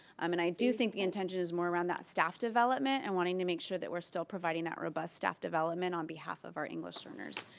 i mean i do think the intention is more around that staff development and wanting to make sure that we're still providing that robust staff development on behalf of our english learners.